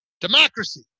democracy